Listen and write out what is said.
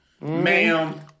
Ma'am